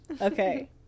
okay